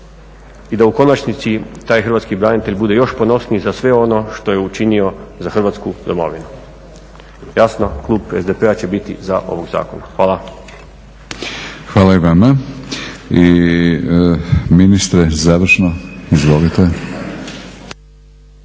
i da u konačnici taj Hrvatski branitelj bude još ponosniji za sve ono što je učinio za Hrvatsku domovinu. Jasno klub SDP-a će biti za ovaj zakon. Hvala. **Batinić, Milorad (HNS)** Hvala